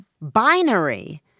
binary